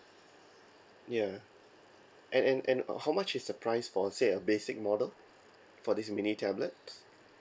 ya and and and how much is the price for say a basic model for this mini tablet